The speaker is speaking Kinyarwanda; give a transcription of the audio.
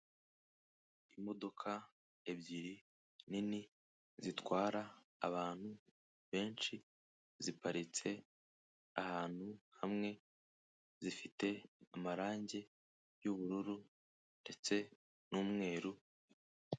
Imodoka ebyiri nini zitwara abantu benshi ziparitse ahantu hamwe zifite amarangi y'ubururu ndetse n'umweru.